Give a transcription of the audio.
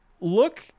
look